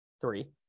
three